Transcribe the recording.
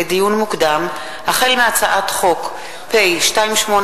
לדיון מוקדם: החל מהצעת חוק פ/2800/18